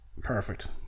perfect